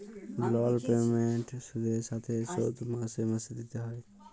লল পেমেল্ট সুদের সাথে শোধ মাসে মাসে দিতে হ্যয়